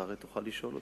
אתה הרי תוכל לשאול אותי.